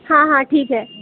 हाँ हाँ ठीक है